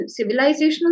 civilizational